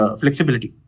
flexibility